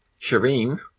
Shireen